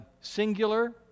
singular